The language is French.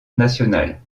national